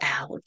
out